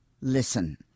listen